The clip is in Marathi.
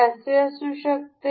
हे असे असू शकते